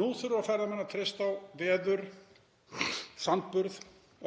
Nú þurfa ferðamenn að treysta á veður, sandburð,